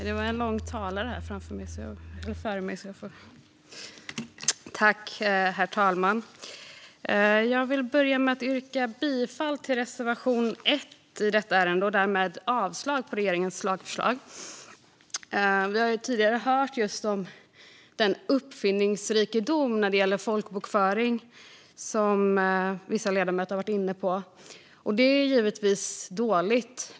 Herr talman! Jag vill börja med att yrka bifall till reservation 1 i detta ärende och därmed avslag på regeringens lagförslag. Vissa ledamöter har tidigare här varit inne på uppfinningsrikedomen när det gäller folkbokföring. Det är givetvis dåligt.